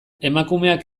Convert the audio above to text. emakumeak